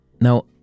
now